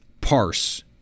parse